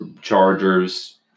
Chargers